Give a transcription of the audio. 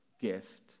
gift